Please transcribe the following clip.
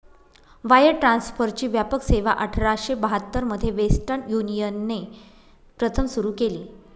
wire ट्रान्सफरची व्यापक सेवाआठराशे बहात्तर मध्ये वेस्टर्न युनियनने प्रथम सुरू केली